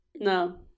No